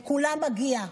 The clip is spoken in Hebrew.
לכולם מגיע,